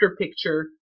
picture